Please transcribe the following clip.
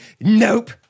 Nope